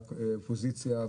שהיה באופוזיציה,